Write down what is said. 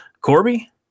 Corby